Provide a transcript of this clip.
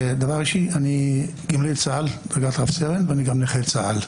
אני גמלאי צה"ל בדרגת רב סרן ואני גם נכה צה"ל.